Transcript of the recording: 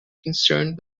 concerned